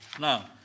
Now